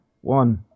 one